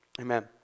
amen